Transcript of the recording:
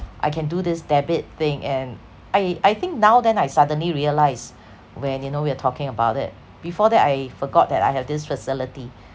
I can do this debit thing and I I think now then I suddenly realised when you know we're talking about it before that I forgot that I have this facility